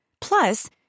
Plus